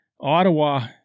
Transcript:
Ottawa